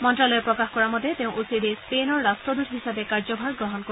মন্ত্যালয় প্ৰকাশ কৰা মতে তেওঁ অচিৰেই স্পেইনৰ ৰাট্টদূত হিচাপে কাৰ্যভাৰ গ্ৰহণ কৰিব